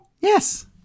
Yes